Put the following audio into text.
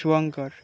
Shubhankar